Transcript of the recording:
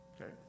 Okay